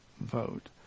vote